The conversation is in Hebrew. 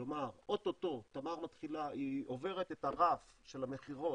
כלומר אוטוטו תמר עוברת את הרף של המכירות